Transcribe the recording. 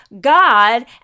God